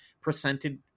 presented